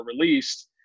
released